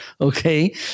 Okay